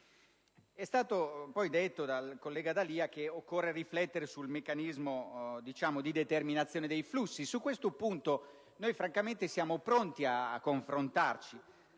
È stato poi detto dal collega D'Alia che occorre riflettere sul meccanismo di determinazione dei flussi. Su questo punto, francamente, siamo pronti a confrontarci,